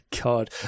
god